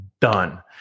done